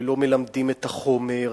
לא מלמדים את החומר,